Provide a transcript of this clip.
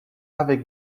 avec